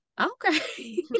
Okay